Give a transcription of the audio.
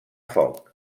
foc